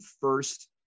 first